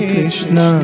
Krishna